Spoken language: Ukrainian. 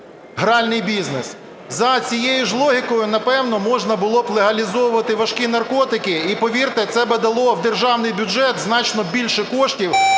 гральний бізнес. За цією ж логікою, напевно, можна було б легалізувати важкі наркотики. І повірте, це б дало в державний бюджет значно більше коштів,